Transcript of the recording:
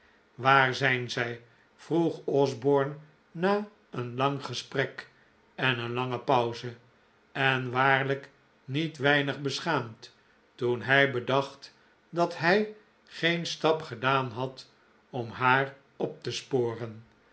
waar zijn zij vroeg osborne na een lang gesprek en een lange pauze en waarlijk niet weinig beschaamd toen hij bedacht dat hij geen stap gedaan had om haar op te sporen